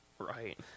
Right